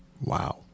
Wow